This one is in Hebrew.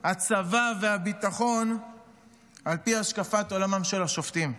הצבא והביטחון על פי השקפת עולמם של השופטים.